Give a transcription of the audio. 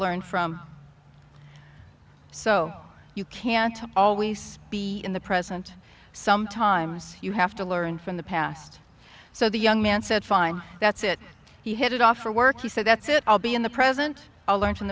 learn from so you can't always be in the present sometimes you have to learn from the past so the young man said fine that's it he headed off for work he said that's it i'll be in the present i learned from